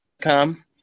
come